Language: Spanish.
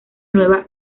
nueva